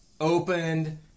opened